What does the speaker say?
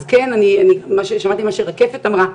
אז כן, אני שמעתי מה שרקפת אמרה,